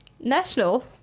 National